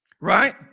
Right